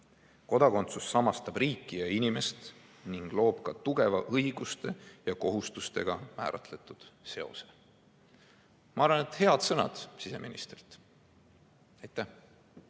Kodakondsus samastab riiki ja inimest ning loob ka tugeva õiguste ja kohustustega määratletud seose." Ma arvan, et head sõnad siseministrilt. Paul